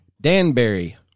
Danbury